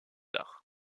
tard